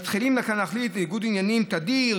מתחילים להחליט: ניגוד עניינים תדיר,